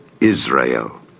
Israel